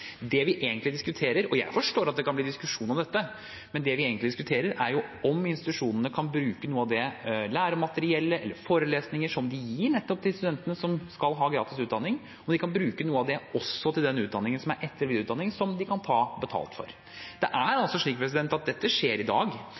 Det vi egentlig diskuterer, og jeg forstår at det kan bli diskusjon om dette, er om institusjonene kan bruke noe av det læremateriellet eller forelesninger som de gir nettopp til de studentene som skal ha gratis utdanning, til den utdanningen som er etter- og videreutdanning, og som de kan ta betalt for. Dette skjer i dag, det skjer på institusjoner, det er